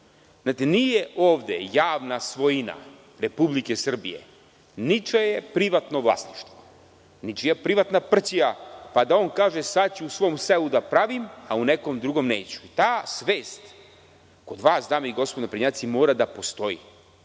Znate, nije ovde javna svojina Republike Srbije ničije privatno vlasništvo, ničija privatna prćija, pa da on kaže sada ću u svom selu da pravim, a u nekom drugom neću. Ta svest kod vas, dame i gospodo naprednjaci, mora da postoji.